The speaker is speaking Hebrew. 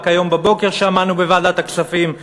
רק היום שמענו בוועדת הכספים,